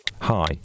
hi